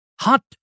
Hot